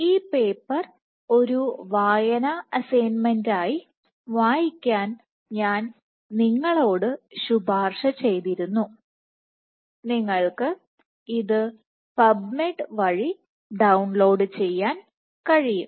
ഈ പേപ്പർ ഒരു വായനാ അസൈൻമെന്റായി വായിക്കാൻ ഞാൻ നിങ്ങളോട് ശുപാർശ ചെയ്തിരുന്നു നിങ്ങൾക്ക് ഇത് പബ്മെഡ് വഴി ഡൌൺലോഡ് ചെയ്യാൻ കഴിയും